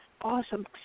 Awesome